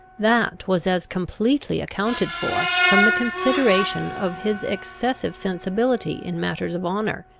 that was as completely accounted for from the consideration of his excessive sensibility in matters of honour,